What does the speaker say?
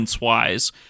wise